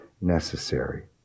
necessary